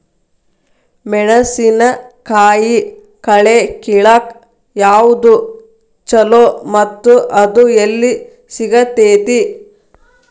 ಮೆಣಸಿನಕಾಯಿ ಕಳೆ ಕಿಳಾಕ್ ಯಾವ್ದು ಛಲೋ ಮತ್ತು ಅದು ಎಲ್ಲಿ ಸಿಗತೇತಿ?